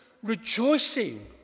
rejoicing